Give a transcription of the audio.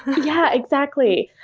yeah, exactly.